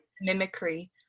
Mimicry